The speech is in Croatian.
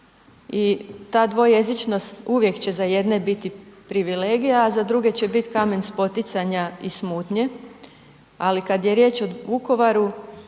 i ta dvojezičnost uvijek će za jedne biti privilegija, a za druge će biti kamen spoticanja i smutnje. Ali kad je riječ o Vukovaru